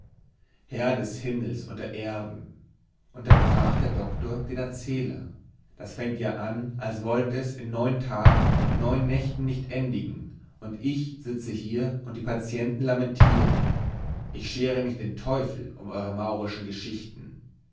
herr des himmels und der erden unterbrach der doktor den erzähler das fängt an als wollt es in neun tagen und neun nächten nicht endigen und ich sitze hier und die patienten lamentieren ich schere mich den teufel um eure maurischen geschichten